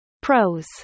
Pros